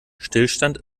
stillstand